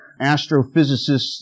astrophysicists